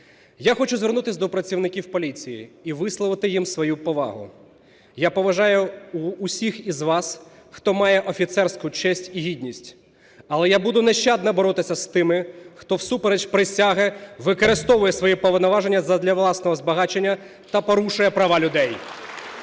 Я хочу звернутись до працівників поліції і висловити їм свою повагу. Я поважаю усіх із вас, хто має офіцерську честь і гідність. Але я буду нещадно боротися з тими, хто всупереч присязі використовує свої повноваження задля власного збагачення та порушує права людей.